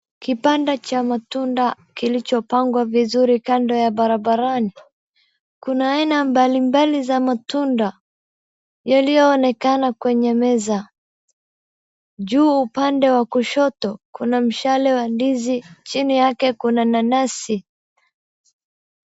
Kipande cha matunda kilichopangwa vizuri kando ya barabarani, kuna aina mbali mbali za matunda yaliyoonekana kwenye meza. Juu upande wa kushoto kuna mshale wa ndizi chini yake kuna nanasi.